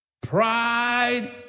Pride